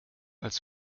als